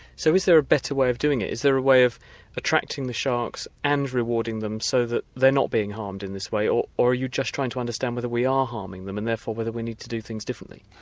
so is there a better way of doing it? is there a way of attracting the sharks and rewarding them so that they are not being harmed in this way, or are you just trying to understand whether we are harming them and therefore whether we need to do things differently?